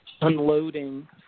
unloading